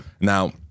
Now